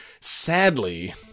sadly